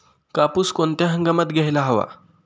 कापूस कोणत्या हंगामात घ्यायला हवा?